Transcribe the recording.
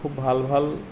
খুব ভাল ভাল